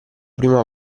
prima